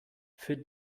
für